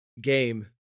game